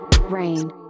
Rain